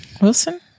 Wilson